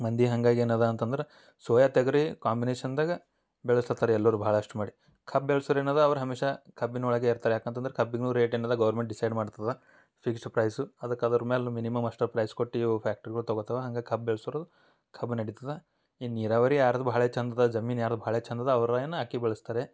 ಮಂದಿಗೆ ಹಂಗಾಗಿ ಏನಿದೆ ಅಂತಂದ್ರೆ ಸೋಯಾ ತೊಗರಿ ಕಾಂಬಿನೇಶನ್ದಾಗೆ ಬೆಳ್ಸ್ಲತ್ತಾರೆ ಎಲ್ಲರೂ ಬಹ್ಳಷ್ಟು ಮಾಡಿ ಕಬ್ಬು ಬೆಳ್ಸಿರ್ ಏನಿದೆ ಅವ್ರು ಹಮೇಶ ಕಬ್ಬಿನೊಳಗೆ ಇರ್ತಾರೆ ಯಾಕೆ ಅಂತಂದ್ರೆ ಕಬ್ಬಿಗೂ ರೇಟ್ ಏನಿದೆ ಗೌರ್ಮೆಂಟ್ ಡಿಸೈಡ್ ಮಾಡ್ತದೆ ಫಿಕ್ಸ್ಡ್ ಪ್ರೈಸು ಅದಕ್ಕೆ ಅದರ ಮ್ಯಾಲೆ ಮಿನಿಮಮ್ ಅಷ್ಟು ಪ್ರೈಸ್ ಕೊಟ್ಟು ಇವು ಫ್ಯಾಕ್ಟ್ರಿಗಳು ತೊಗೋತಾವೆ ಹಂಗಾಗಿ ಕಬ್ಬು ಬೆಳ್ಸೋರು ಕಬ್ಬು ನೆಡಿತದೆ ಇನ್ನು ನೀರಾವರಿ ಯಾರದ್ದು ಬಹಳ ಚೆಂದ ಇದೆ ಜಮೀನು ಯಾರದ್ದು ಭಾಳ ಚೆಂದ ಇದೆ ಅವ್ರೇನು ಅಕ್ಕಿ ಬೆಳೆಸ್ತಾರೆ